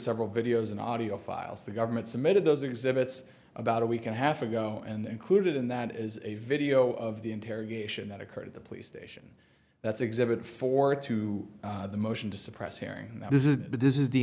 several videos and audio files the government submitted those exhibits about a week and a half ago and clued in that is a video of the interrogation that occurred at the police station that's exhibit four to the motion to suppress hearing this is the this is the